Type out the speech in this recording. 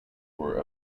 were